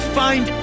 find